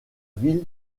ville